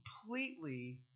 completely